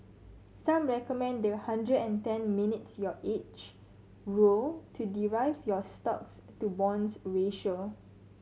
some recommend the hundred and ten minus your age rule to derive your stocks to bonds ratio